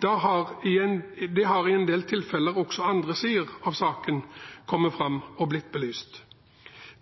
Da har i en del tilfeller også andre sider av saken kommet fram og blitt belyst.